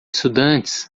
estudantes